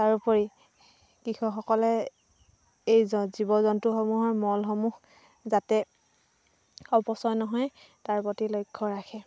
তাৰ উপৰি কৃষকসকলে এই জীৱ জন্তুসমূহৰ মলসমূহ যাতে অপচয় নহয় তাৰ প্ৰতি লক্ষ্য় ৰাখে